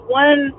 one